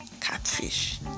catfish